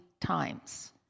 times